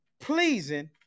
pleasing